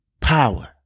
power